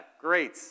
great